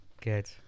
good